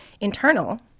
internal